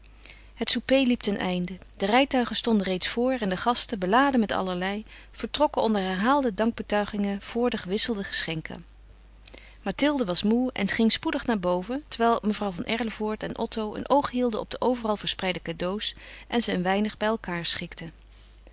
het souper liep ten einde de rijtuigen stonden reeds voor en de gasten beladen met allerlei vertrokken onder herhaalde dankbetuigingen voor de gewisselde geschenken mathilde was moê en ging spoedig naar boven terwijl mevrouw van erlevoort en otto een oog hielden op de overal verspreide cadeaux en ze een weinig bij elkaâr schikten